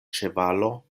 ĉevalo